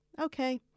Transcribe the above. Okay